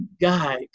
guy